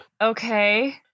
Okay